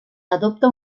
adopta